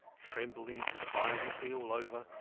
trembling violently all over,